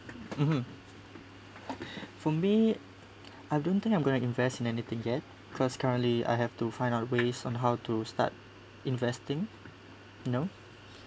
mmhmm for me I don't think I'm going to invest in anything yet because currently I have to find out ways on how to start investing you know